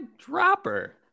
dropper